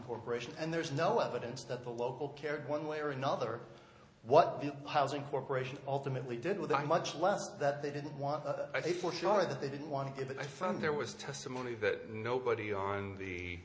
corporation and there's no evidence that the local cared one way or another what the housing corporation ultimately did with that much less that they didn't want i think for sure that they didn't want to give it i found there was testimony that nobody on the